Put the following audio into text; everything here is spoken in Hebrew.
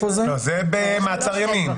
לא, זה במעצר ימים.